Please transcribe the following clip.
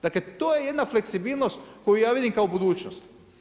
Dakle to je jedna fleksibilnost koju ja vidim kao budućnost.